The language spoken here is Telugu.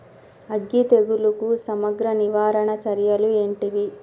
అగ్గి తెగులుకు సమగ్ర నివారణ చర్యలు ఏంటివి?